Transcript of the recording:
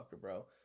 bro